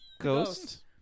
ghost